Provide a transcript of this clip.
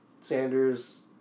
Sanders